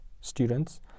students